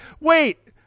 wait